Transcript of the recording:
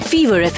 Fever